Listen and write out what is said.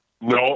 No